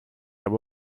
aber